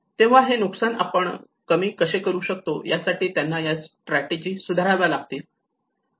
तेव्हा हे नुकसान आपण कमी कसे करू शकतो यासाठी त्यांना या स्ट्रेटेजी सुधाराव्या लागतील